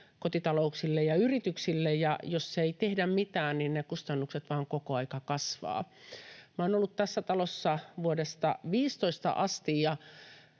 kotitalouksille ja yrityksille, ja jos ei tehdä mitään, niin ne kustannukset vain koko ajan kasvavat. Olen ollut tässä talossa vuodesta 15 asti,